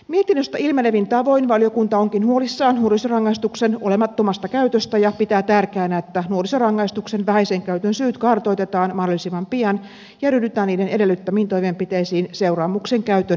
mietinnöstä ilmenevin tavoin valiokunta onkin huolissaan nuorisorangaistuksen olemattomasta käytöstä ja pitää tärkeänä että nuorisorangaistuksen vähäisen käytön syyt kartoitetaan mahdollisimman pian ja ryhdytään niiden edellyttämiin toimenpiteisiin seuraamuksen käytön edistämiseksi